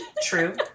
true